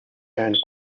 and